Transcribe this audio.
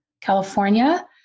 California